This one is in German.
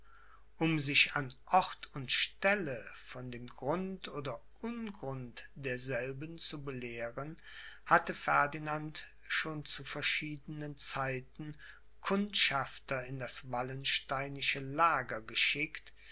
um sich an ort und stelle von dem grund oder ungrund derselben zu belehren hatte ferdinand schon zu verschiedenen zeiten kundschafter in das wallensteinische lager geschickt